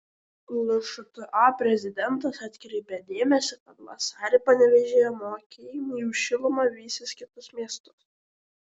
lšta prezidentas atkreipė dėmesį kad vasarį panevėžyje mokėjimai už šilumą vysis kitus miestus